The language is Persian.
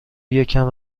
یکم